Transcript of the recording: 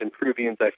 Peruvians